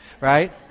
Right